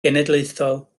genedlaethol